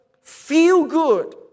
feel-good